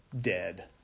dead